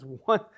One